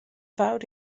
fawr